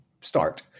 start